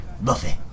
Buffet